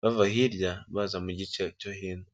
bava hirya baza mu giciro cyo hino.